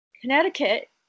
Connecticut